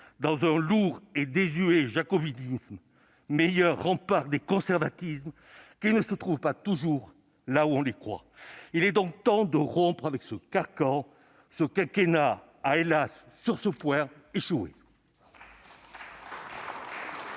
dans un lourd et désuet jacobinisme, meilleur rempart des conservatismes, qui ne se trouvent pas toujours là où on le croit. Il est donc temps de rompre avec ce carcan. Ce quinquennat a, hélas, sur ce point échoué.